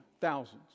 Thousands